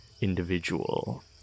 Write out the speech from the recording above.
individual